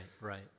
right